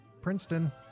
Princeton